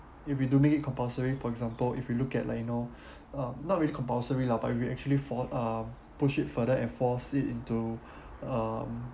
if we do make it compulsory for example if you look at like you know uh not really compulsory lah but if you actually for uh push it further enforce it into um